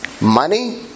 money